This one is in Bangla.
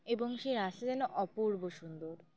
এবং সেই রাস্তা যেন অপূর্ব সুন্দর